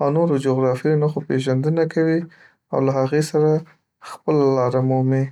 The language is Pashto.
او نورو جغرافیوي نښو پېژندنه کوي او له هغې سره خپله لار مومي.